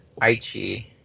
Aichi